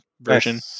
version